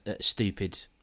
stupid